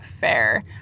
fair